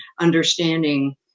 understanding